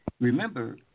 remember